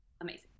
amazing